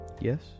Yes